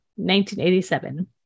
1987